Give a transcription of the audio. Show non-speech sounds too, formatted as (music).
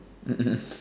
(laughs)